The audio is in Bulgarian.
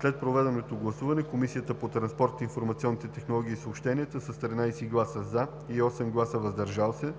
След проведеното гласуване Комисията по транспорт, информационни технологии и съобщения с 13 гласа „за”, без „против“ и 8 гласа „въздържали се“